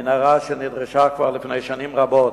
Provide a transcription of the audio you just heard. מנהרה שנדרשה כבר לפני שנים רבות.